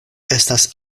estas